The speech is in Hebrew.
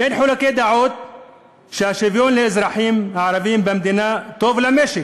אין חילוקי דעות שהשוויון לאזרחים הערבים במדינה טוב למשק,